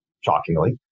shockingly